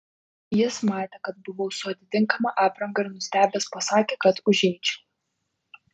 jis matė kad buvau su atitinkama apranga ir nustebęs pasakė kad užeičiau